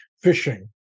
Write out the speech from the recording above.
fishing